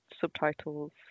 subtitles